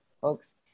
folks